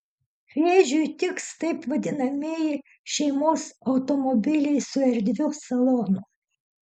vėžiui tiks taip vadinamieji šeimos automobiliai su erdviu salonu